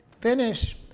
finish